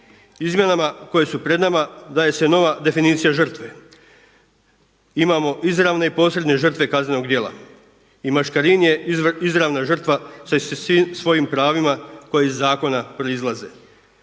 Izmjenama koje su pred nama daje se nova definicija žrtve. Imamo izravne i posredne žrtve kaznenog djela. I Maškarin je izravna žrtva sa svim svojim pravima koji iz zakona proizlaze.